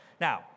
Now